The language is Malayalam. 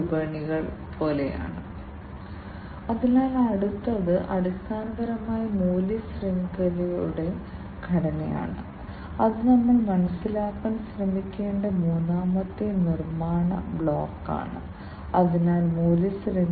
ഈ സെൻസറുകൾ വളരെ കൃത്യമാണെന്ന് നിങ്ങൾ കണ്ടതുപോലെ അവ വളരെ സെൻസിറ്റീവ് ആണ് മാത്രമല്ല അവ മനസ്സിലാക്കേണ്ട വാതകത്തിലെ മാറ്റങ്ങളോട് സെൻസിറ്റീവ് ആണ്